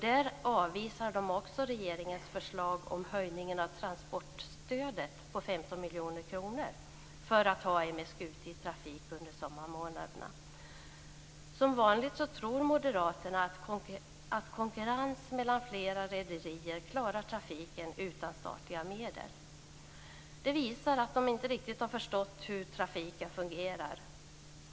Där avvisar de också regeringens förslag om en höjning av transportstödet på 15 miljoner kronor för att M/S Gute skall kunna vara i trafik under sommarmånaderna. Som vanligt tror moderaterna att konkurrens mellan flera rederier klarar trafiken utan statliga medel. Det visar att de inte riktigt har förstått hur trafiken fungerar.